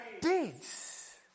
deeds